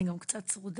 אני גם קצת צרודה.